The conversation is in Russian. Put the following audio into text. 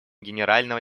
генерального